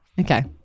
Okay